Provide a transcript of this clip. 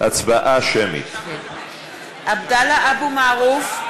(קוראת בשמות חברי הכנסת) עבדאללה אבו מערוף,